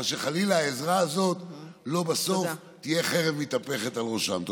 אבל שחלילה העזרה הזאת לא תהיה בסוף חרב מתהפכת על ראשם.